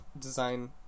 design